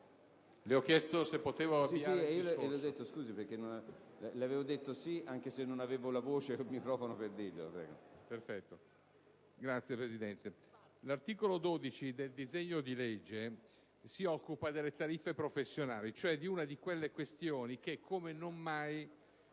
l'articolo 12 del disegno di legge si occupa delle tariffe professionali, cioè di una di quelle questioni che, come non mai,